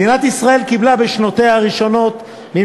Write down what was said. מדינת ישראל בשנותיה הראשונות קיבלה